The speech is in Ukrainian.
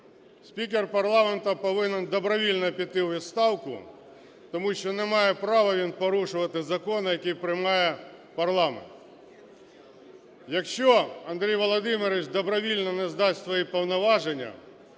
спікер парламенту повинен добровільно піти у відставку, тому що не має права він порушувати закони, які приймає парламент. Якщо Андрій Володимирович добровільно не здасть свої повноваження,